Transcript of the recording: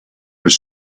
was